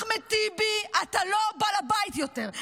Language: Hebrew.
אחמד טיבי, אתה לא בעל הבית יותר.